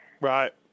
Right